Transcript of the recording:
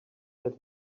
that